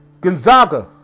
Gonzaga